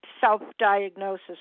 self-diagnosis